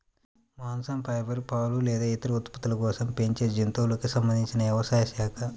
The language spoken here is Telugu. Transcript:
మాంసం, ఫైబర్, పాలు లేదా ఇతర ఉత్పత్తుల కోసం పెంచే జంతువులకు సంబంధించిన వ్యవసాయ శాఖ